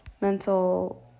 mental